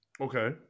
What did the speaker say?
Okay